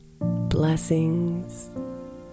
Blessings